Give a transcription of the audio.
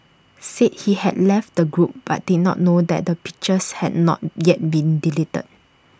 said he had left the group but did not know that the pictures had not yet been deleted